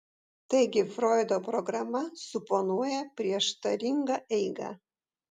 taigi froido programa suponuoja prieštaringą eigą